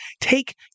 take